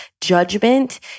judgment